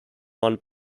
run